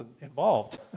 involved